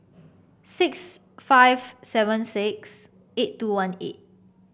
six five seven six eight two one eight